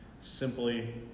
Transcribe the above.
Simply